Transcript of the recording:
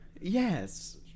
Yes